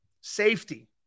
Safety